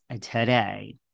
today